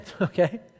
okay